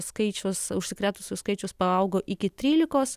skaičius užsikrėtusių skaičius paaugo iki trylikos